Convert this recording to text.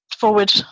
forward